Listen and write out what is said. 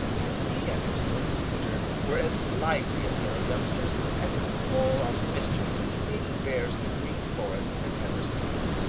and he and his twin sister were as lively a pair of youngsters and as full of mischief as any bears the green forest has ever seen.